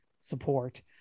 support